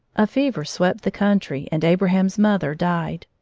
a fever swept the country, and abraham's mother died.